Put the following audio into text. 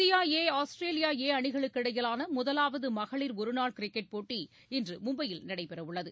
India A Australia A அணிகளுக்கிடையிலான முதலாவது மகளிர் ஒருநாள் கிரிக்கெட் போட்டி இன்று மும்பையில் நடைபெற உள்ளது